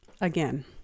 Again